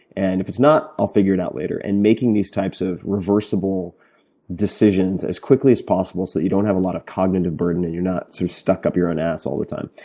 and if it's not, i'll figure it out later. and making these types of reversible decisions as quickly as possible so that you don't have a lot of cognitive burden and you're not so sort of stuck up your own ass all the time.